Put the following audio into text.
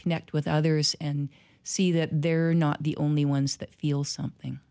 connect with others and see that they're not the only ones that feel something